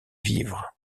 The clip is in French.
vivres